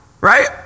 right